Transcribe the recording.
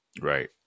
right